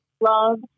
love